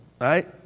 right